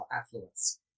affluence